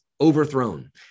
overthrown